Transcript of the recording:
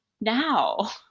now